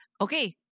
Okay